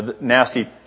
Nasty